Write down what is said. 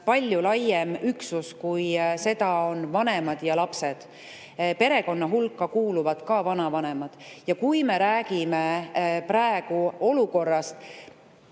palju laiem üksus, kui seda on vanemad ja lapsed. Perekonna hulka kuuluvad ka vanavanemad. Ja kui me räägime praegu